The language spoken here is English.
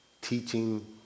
teaching